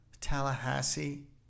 tallahassee